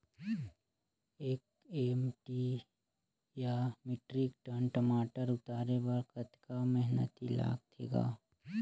एक एम.टी या metric ton टमाटर उतारे बर कतका मेहनती लगथे ग?